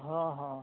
ᱦᱚᱸ ᱦᱚᱸ